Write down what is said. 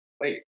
wait